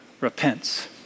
repents